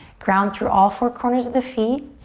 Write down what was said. ground through all four corners of the feet.